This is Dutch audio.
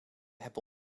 hebben